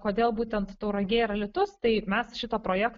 kodėl būtent tauragė ir alytus tai mes šito projekto